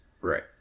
Right